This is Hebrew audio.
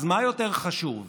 אז מה יותר חשוב,